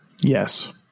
Yes